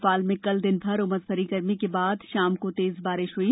भोपाल में कल दिनभर उमसभरी गर्मी के बाद शाम को तेज बारिश हुई